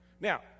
Now